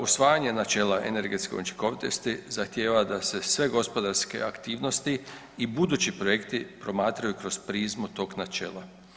Usvajanje načela energetske učinkovitosti zahtijeva da se sve gospodarske aktivnosti i budući projekt promatraju kroz prizmu tog načela.